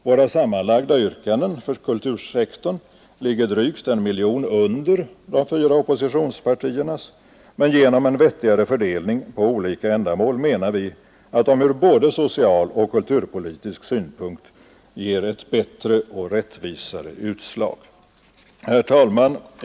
Våra sammanlagda yrkanden för kultursektorn ligger drygt 1 miljon under de fyra oppositionspartiernas, men genom en vettigare fördelning på olika ändamål menar vi att våra förslag från både social och kulturpolitisk synpunkt ger ett bättre och rättvisare utslag. Herr talman!